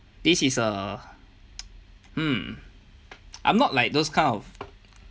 this is a mm I'm not like those kind of